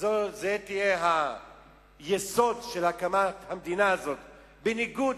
וזה יהיה היסוד של הקמת המדינה הזאת בניגוד